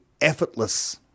effortless